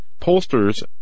Pollsters